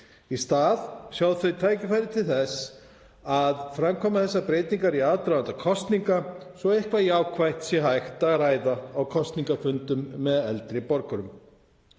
í stað sjá þau tækifæri til þess að gera þessar breytingar í aðdraganda kosninga svo að eitthvað jákvætt sé hægt að ræða á kosningafundum með eldri borgurum.